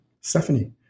Stephanie